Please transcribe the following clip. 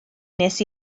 wnes